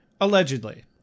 allegedly